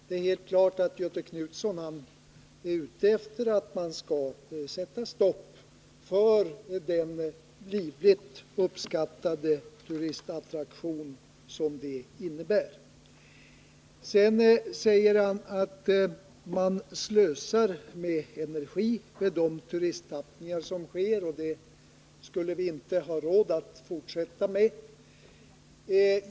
Det är helt klart att Göthe Knutson är ute efter att man skall sätta stopp för den livligt uppskattade turistattraktion som det här är fråga om. Göthe Knutson säger att man slösar med energi genom de turistsatsningar som sker, och det skulle vi inte ha råd att fortsätta med.